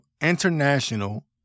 International